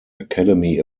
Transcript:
academy